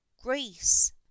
grace